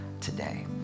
today